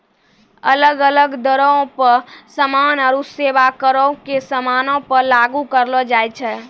अलग अलग दरो पे समान आरु सेबा करो के समानो पे लागू करलो जाय छै